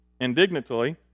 indignantly